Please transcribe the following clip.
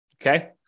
Okay